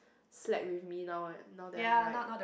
slack with me now now that I'm like